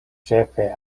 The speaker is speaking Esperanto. ĉefe